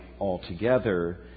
altogether